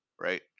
right